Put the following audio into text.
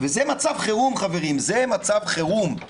וזה מצב חירום, חברים, זה מצב חירום.